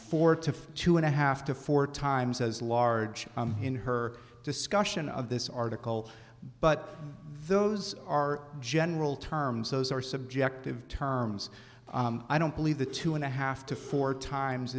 four to two and a half to four times as large in her discussion of this article but those are general terms those are subjective terms i don't believe the two and a half to four times